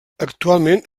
actualment